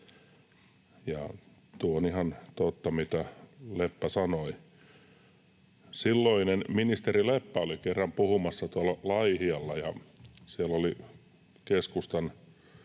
Tuo on ihan totta, mitä Leppä sanoi. Silloinen ministeri Leppä oli kerran puhumassa tuolla Laihialla. Siellä oli keskustan